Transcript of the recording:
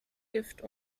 gift